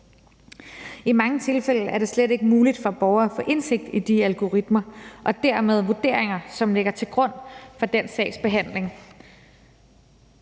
I mange tilfælde er det slet ikke muligt for borgere at få indsigt i de algoritmer og dermed vurderinger, som ligger til grund for den sagsbehandling,